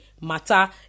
matter